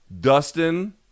Dustin